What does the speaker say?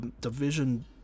division